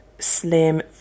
slim